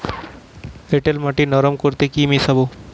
এঁটেল মাটি নরম করতে কি মিশাব?